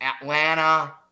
Atlanta